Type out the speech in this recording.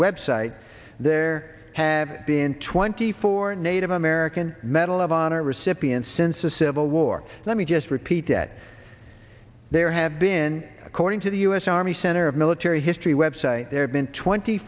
web site there have been twenty four native american medal of honor recipients since the civil war let me just repeat that there have been according to the u s army center of military history web site there have been twenty